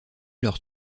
leurs